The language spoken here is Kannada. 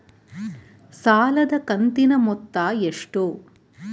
ಸಾಲದ ಕಂತಿನ ಮೊತ್ತ ಎಷ್ಟು?